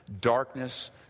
Darkness